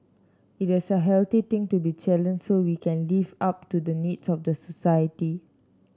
it is a healthy thing to be challenged so we can live up to the needs of the society